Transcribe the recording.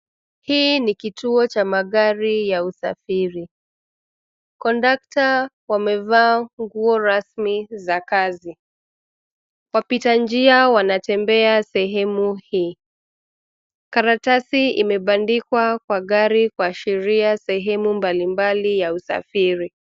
Hii ni kituo cha magari ya usafiri. Kondakta wamevaa nguo rasmi za kazi. Wapita njia wanatembea sehemu hii. Karatasi imebandikwa kwa gari kuashiria sehemu mbalimbali ya usafiri.